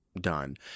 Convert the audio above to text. done